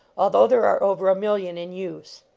although there are over a million in use.